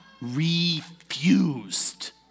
refused